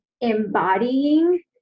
embodying